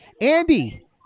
Andy